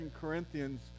Corinthians